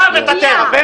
זורעי מוות אתם.